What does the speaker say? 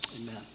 Amen